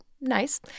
nice